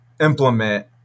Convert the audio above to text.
implement